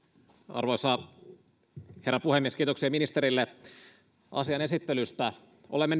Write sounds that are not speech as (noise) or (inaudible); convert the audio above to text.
arvoisa herra puhemies kiitoksia ministerille asian esittelystä olemme (unintelligible)